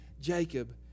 Jacob